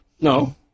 No